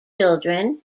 children